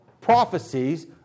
prophecies